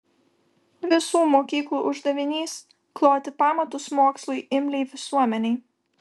visų mokyklų uždavinys kloti pamatus mokslui imliai visuomenei